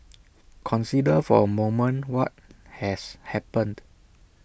consider for A moment what has happened